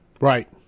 Right